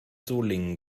solingen